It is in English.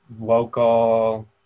local